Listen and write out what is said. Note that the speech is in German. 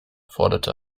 forderte